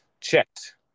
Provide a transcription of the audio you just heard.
checked